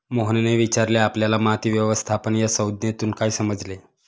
मोहनने विचारले आपल्याला माती व्यवस्थापन या संज्ञेतून काय समजले?